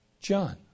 John